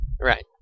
Right